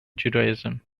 judaism